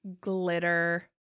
Glitter